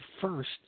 first